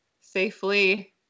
safely